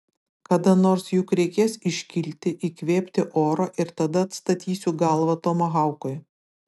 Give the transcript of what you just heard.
kada nors juk reikės iškilti įkvėpti oro ir tada atstatysiu galvą tomahaukui